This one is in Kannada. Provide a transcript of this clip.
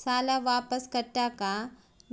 ಸಾಲ ವಾಪಸ್ ಕಟ್ಟಕ